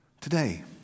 Today